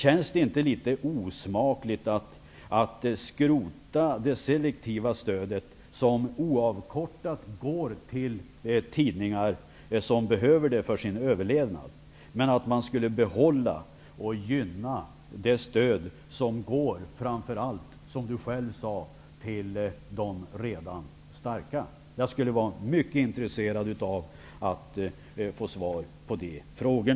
Känns det inte litet osmakligt att skrota det selektiva stödet, som oavkortat går till tidningar som behöver det för sin överlevnad, men vara beredd att behålla och gynna det stöd som framför allt går till, vilket hon själv sade, de redan starka? Jag skulle vara mycket intresserad av att få svar på dessa frågor.